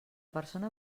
persona